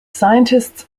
scientists